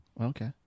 okay